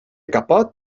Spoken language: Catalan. capot